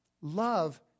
love